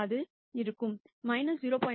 அது இருக்கும் 0